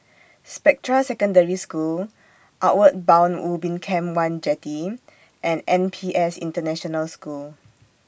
Spectra Secondary School Outward Bound Ubin Camp one Jetty and N P S International School